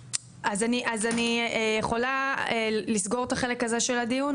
אז אני יכולה לסגור את החלק הזה של הדיון,